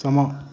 ਸਮਾਂ